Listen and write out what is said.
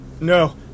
No